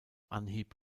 anhieb